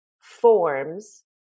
forms